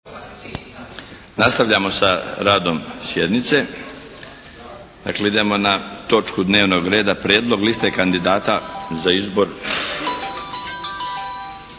Nastavljamo sa radom sjednice. Dakle idemo na točku dnevnog reda - Prijedlog liste kandidata za izbor